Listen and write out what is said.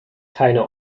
keine